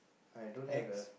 I don't have the